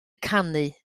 canu